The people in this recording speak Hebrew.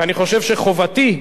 ואני חושב שחובתי,